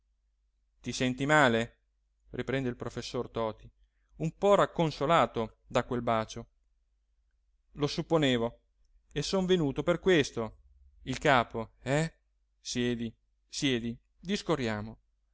ti senti male riprende il professor toti un po racconsolato da quel bacio lo supponevo e son venuto per questo il capo eh siedi siedi discorriamo